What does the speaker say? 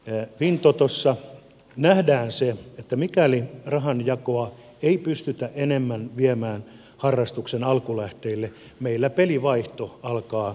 toivottavasti fintotossa nähdään se että mikäli rahanjakoa ei pystytä enemmän viemään harrastuksen alkulähteille meillä pelivaihto alkaa pienenemään